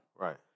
Right